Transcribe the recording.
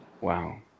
Wow